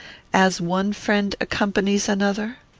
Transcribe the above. as one friend accompanies another?